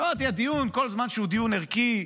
אמרתי: הדיון, כל זמן שהוא דיון ערכי,